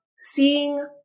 seeing